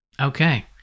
Okay